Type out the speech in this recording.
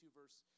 verse